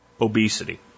obesity